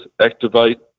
activate